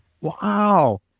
Wow